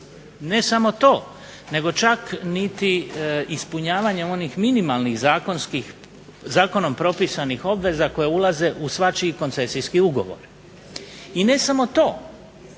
Ne samo to, nego čak niti ispunjavanje onih minimalnih zakonom propisanih obveza koje ulaze u svačiji koncesijskih ugovor. I ne samo to